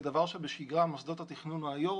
שכדבר שבשגרה, מוסדות התכנון או היו"ר